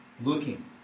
looking